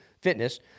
fitness